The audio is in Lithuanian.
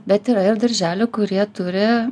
bet yra ir darželių kurie turi